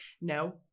No